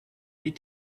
die